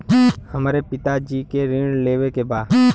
हमरे पिता जी के ऋण लेवे के बा?